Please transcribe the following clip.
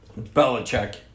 Belichick